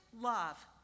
love